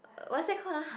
what's that called ah